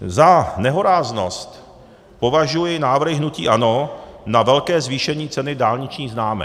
Za nehoráznost považuji návrhy hnutí ANO na velké zvýšení ceny dálničních známek.